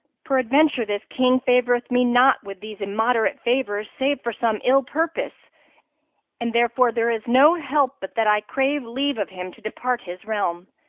peradventure, this king favoureth me not with these immoderate favours save for some ill purpose and, therefore, there is no help but that i crave leave of him to depart his realm.